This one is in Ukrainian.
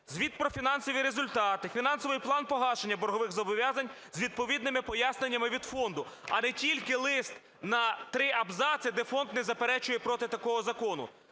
звіт про фінансові результати, фінансовий план погашення боргових зобов'язань з відповідними поясненнями від фонду, а не тільки лист на 3 абзаци, де фонд не заперечує проти такого закону.